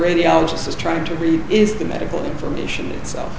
radiologist is trying to reach is the medical information itself